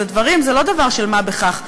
זה לא דבר של מה בכך.